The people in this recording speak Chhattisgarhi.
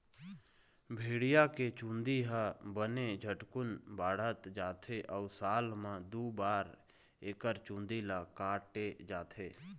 भेड़िया के चूंदी ह बने झटकुन बाढ़त जाथे अउ साल म दू बार एकर चूंदी ल काटे जाथे